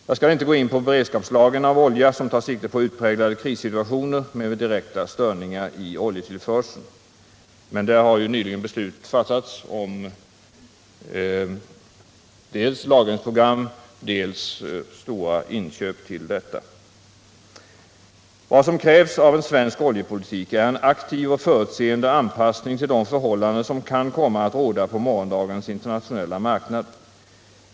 Jag skall inte gå in på beredskapslagringen av olja, som tar sikte på utpräglade krissituationer med direkta störningar i oljetillförseln, men där har ju beslut nyligen fattats om dels lagringsprogram, dels stora inköp till detta. Vad som krävs av en svensk oljepolitik är en aktiv och förutseende anpassning till de förhållanden som kan komma att råda på morgondagens internationella marknad.